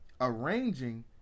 Arranging